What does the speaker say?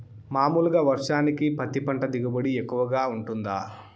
మామూలుగా వర్షానికి పత్తి పంట దిగుబడి ఎక్కువగా గా వుంటుందా?